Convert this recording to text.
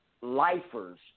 lifers